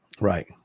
Right